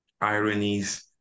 ironies